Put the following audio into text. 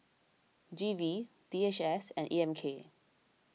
G V D H S and E M K